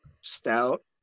Stout